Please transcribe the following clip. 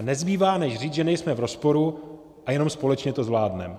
Nezbývá, než říci, že nejsme v rozporu a jenom společně to zvládneme.